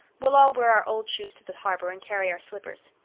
we'll all wear our old shoes to the harbour and carry our slippers.